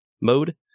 mode